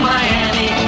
Miami